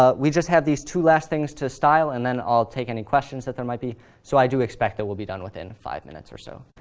ah we just have these two last things to style and then i'll take any questions that there might be. so i do expect that we'll done within five minutes or so.